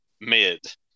mid